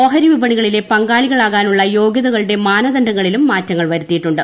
ഓഹരി വിപണികളിലെ പങ്കാളികളാകാനുള്ള യോഗൃതകളുടെ മാനദണ്ഡങ്ങളിലും മാറ്റങ്ങൾ വരുത്തിയിട്ടുണ്ട്